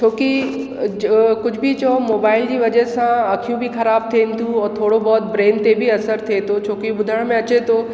छोकि ज कुझु बि चओ मोबाइल जी वजह सां अखियूं बि ख़राबु थियनि थियूं और थोरो बहुत ब्रेन ते बि असर थिए थो छोकि ॿुधण में अचे थो